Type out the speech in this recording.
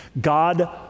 God